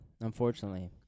Unfortunately